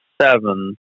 seven